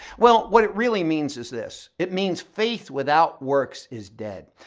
well, what it really means is this. it means faith without works is dead.